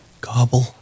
Gobble